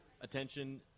attention